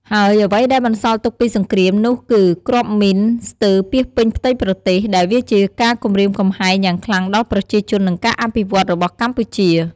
ហើយអ្វីដែលបន្សល់ទុកពីសង្គ្រាមនោះគឺ គ្រាប់មីនស្ទើពាសពេញផ្ទៃប្រទេស ដែលវាជាការគំរាមកំហែងយ៉ាងខ្លាំងដល់ប្រជាជន និងការអភិវឌ្ឍនរបស់កម្ពុជា។